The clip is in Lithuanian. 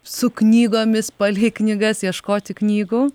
su knygomis palei knygas ieškoti knygų